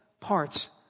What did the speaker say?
parts